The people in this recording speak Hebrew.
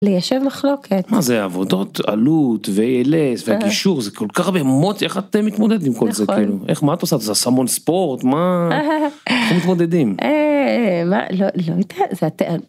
ליישב מחלוקת מה זה עבודות עלות וELS וגישור זה כל כך הרבה מוטי איך את מתמודדת כל זה כאילו איך מה את עושה המון ספורט מה אתם מתמודדים, לא יודעת.